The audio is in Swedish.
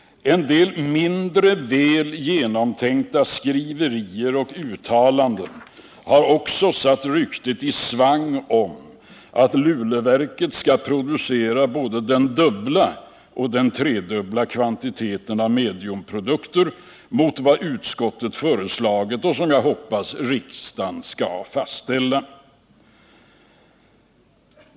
En del mindre väl genomtänkta skriverier och uttalanden har också satt ryktet i svang om att Luleåverket skall producera både den dubbla och den tredubbla kvantiteten av mediumprodukter mot vad utskottet föreslagit och som jag hoppas riksdagen skall fastställa.